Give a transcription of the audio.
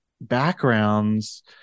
backgrounds